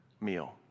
meal